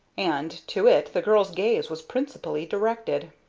and to it the girl's gaze was principally directed.